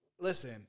listen